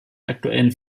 aktuellen